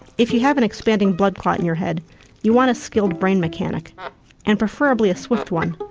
if you have an expanding blood clot in your head you want a skilled brain mechanic and preferably a swift one.